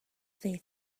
they